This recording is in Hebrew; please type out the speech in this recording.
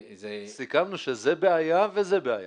סיכמנו שזו בעיה וזו בעיה.